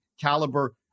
caliber